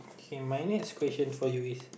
K my next question for you is